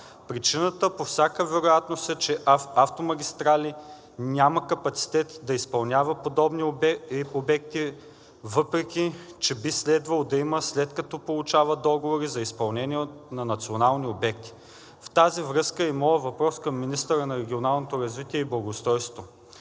Причината по всяка вероятност е, че „Автомагистрали“ ЕАД няма капацитет да изпълнява подобни обекти, въпреки че би следвало да има, след като получава договори за изпълнение на национални обекти. В тази връзка е и моят въпрос към министъра на регионалното развитие и благоустройството: